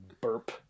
burp